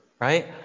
right